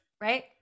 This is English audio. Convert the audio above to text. right